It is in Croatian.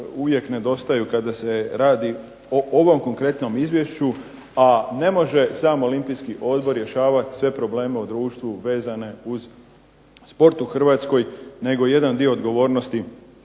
uvijek nedostaju kada se radi o ovom konkretnom izvješću a ne može sam Olimpijski odbor rješavati sve probleme u društvu vezane uz sport u Hrvatskoj, nego jedan dio odgovornosti